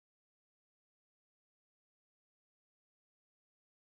eh I saw it in your main account I remember the name tarik underscore aziz